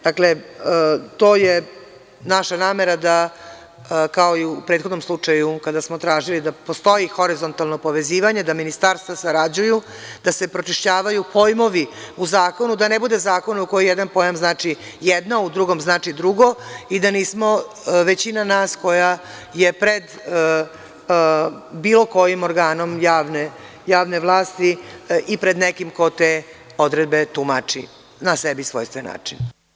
Dakle, to je naša namera da, kao i u prethodnom slučaju, kada smo tražili da postoji horizontalno povezivanje da ministarstva sarađuju, da se pročišćavaju pojmovi u zakonu, da ne bude zakon u kojem jedan pojam znači jedno, u drugom znači drugo, i da nismo većina nas koja je pred bilo kojim organom javne vlasti i pred nekim ko te odredbe tumači na sebi svojstven način.